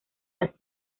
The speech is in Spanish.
las